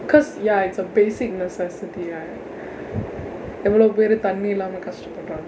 cause ya it's a basic necessity right எவ்வளவு பேர் தண்ணி இல்லாம கஷ்ட படுறாங்க:evvalvu peer thanni illaama kashda paduraangka